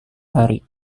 hari